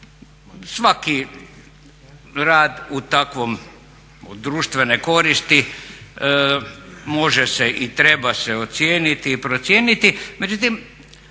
Svaki rad u takvom, od društvene koristi može se i treba se ocijeniti i procijeniti,